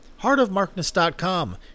heartofmarkness.com